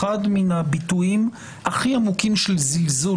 על הכנות ועל הדברים שכן קיבלנו.